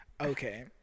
Okay